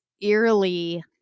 eerily